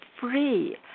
free